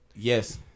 Yes